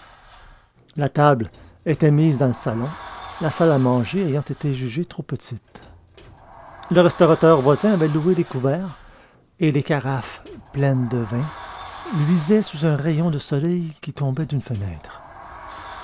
la table était mise dans le salon la salle à manger ayant été jugée trop petite un restaurateur voisin avait loué les couverts et les carafes pleines de vin luisaient sous un rayon de soleil qui tombait d'une fenêtre